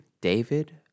David